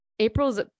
April's